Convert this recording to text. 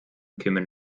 kümmern